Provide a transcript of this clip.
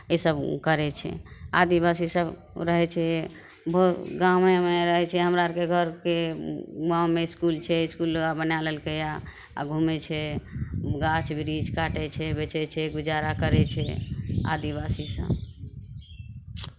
इसभ करै छै आदिवासीसभ रहै छै बहुत गामेमे रहै छै हमरा आरके घरके गाँवमे इसकुल छै इसकुल लग बना लेलकैए आ घूमै छै गाछ वृक्ष काटै छै बेचै छै गुजारा करै छै आदिवासीसभ